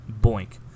Boink